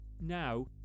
Now